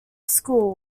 schools